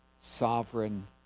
sovereign